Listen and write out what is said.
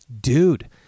dude